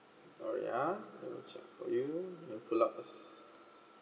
sorry ya I'll double check for you